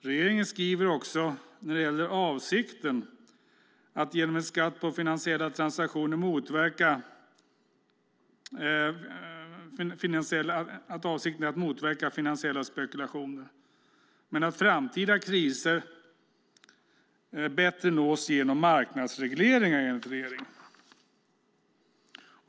Regeringen skriver också när det gäller avsikten att genom en skatt på finansiella transaktioner motverka finansiella spekulationer och framtida kriser att sådan bättre nås genom marknadsregleringar.